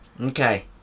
okay